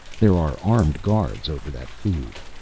there are armed guards over that food.